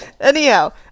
Anyhow